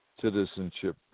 Citizenship